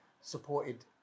supported